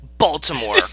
Baltimore